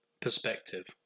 Perspective